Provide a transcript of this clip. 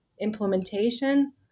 implementation